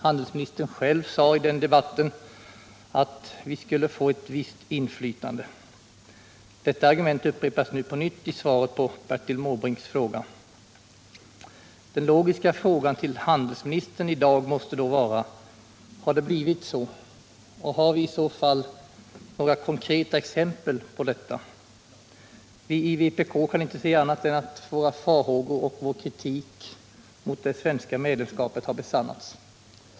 Handelsministern själv sade i den debatten att vi skulle få ett visst inflytande. Detta argument upprepas nu i svaret på Bertil Måbrinks fråga. Den logiska frågan till handelsministern i dag måste vara: Har det blivit så? Har vi i så fall några konkreta exempel på detta? Vi i vpk kan inte se annat än att våra farhågor har besannats och att vår kritik mot det svenska medlemskapet var riktig.